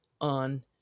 on